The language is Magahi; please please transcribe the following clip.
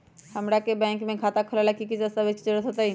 हमरा के बैंक में खाता खोलबाबे ला की की दस्तावेज के जरूरत होतई?